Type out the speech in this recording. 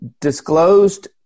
disclosed